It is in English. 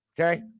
okay